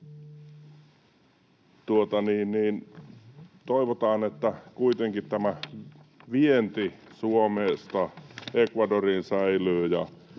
Toivotaan, että kuitenkin vienti Suomesta Ecuadoriin säilyy,